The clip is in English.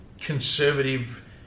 conservative